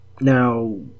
Now